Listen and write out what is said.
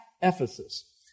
Ephesus